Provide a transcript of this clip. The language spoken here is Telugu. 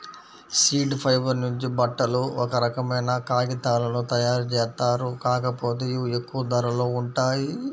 సీడ్ ఫైబర్ నుంచి బట్టలు, ఒక రకమైన కాగితాలను తయ్యారుజేత్తారు, కాకపోతే ఇవి ఎక్కువ ధరలో ఉంటాయి